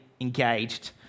engaged